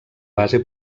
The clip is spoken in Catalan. base